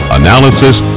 analysis